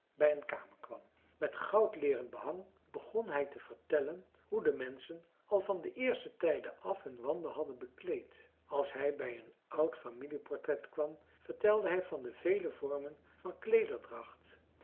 bij een kamer kwam met goudleeren behang begon hij te vertellen hoe de menschen al van de eerste tijden af hun wanden hadden bekleed als hij bij een oud familieportret kwam vertelde hij van de vele vormen van